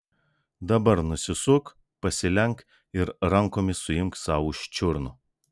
dabar nusisuk pasilenk ir rankomis suimk sau už čiurnų